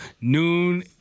noon